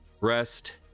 rest